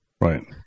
Right